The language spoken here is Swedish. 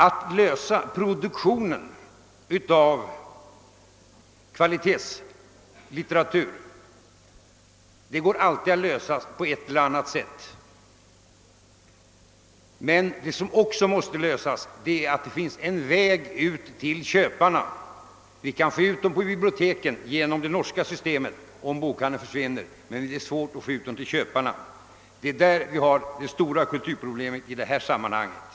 Att lösa problemet med produktionen av kvalitetslitteratur går alltid på ett eller annat sätt. Men man måste också se till att det finns en väg ut till köparna. Vi skulle kunna få ut böckerna på biblioteken genom »det norska systemet», om bokhandeln försvinner, men det blir svårt att få ut dem till köparna. Det är där vi har det stora kulturpro blemet i det här sammanhanget.